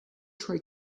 try